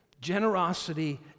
Generosity